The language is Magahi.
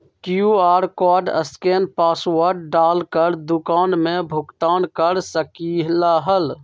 कियु.आर कोड स्केन पासवर्ड डाल कर दुकान में भुगतान कर सकलीहल?